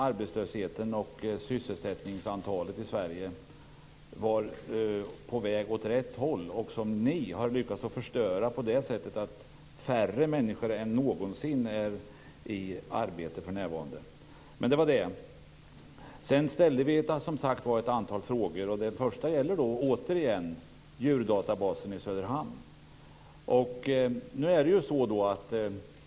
Arbetslösheten och antalet sysselsatta i Sverige var på väg åt rätt håll. Ni har lyckats förstöra detta genom att det för närvarande är färre människor än någonsin i arbete. Vi ställde ett antal frågor. Den första gäller återigen djurdatabasen i Söderhamn.